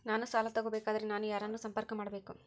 ನಾನು ಸಾಲ ತಗೋಬೇಕಾದರೆ ನಾನು ಯಾರನ್ನು ಸಂಪರ್ಕ ಮಾಡಬೇಕು?